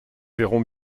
verrons